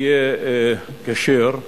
יהיה כשר,